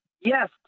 yes